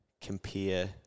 compare